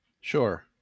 Sure